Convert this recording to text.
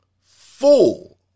full